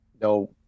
no